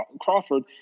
Crawford